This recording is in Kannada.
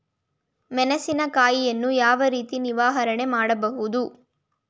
ಮೆಣಸಿನಕಾಯಿಯನ್ನು ಯಾವ ರೀತಿ ನಿರ್ವಹಣೆ ಮಾಡಬಹುದು?